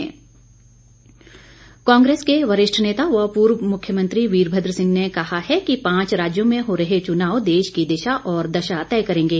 Virbhadra Singh Congress के वरिष्ठ नेता व पूर्व मुख्यमंत्री वीरभद्र सिंह ने कहा है कि पांच राज्यों में हो रहे चुनाव देश की दिशा और दशा तय करेंगे